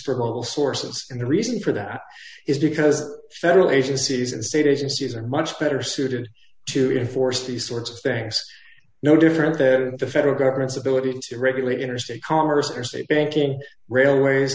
for local sources and the reason for that is because federal agencies and state agencies are much better suited to enforce these sorts of things no different that in the federal government's ability to regulate interstate commerce or state banking railways